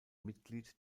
mitglied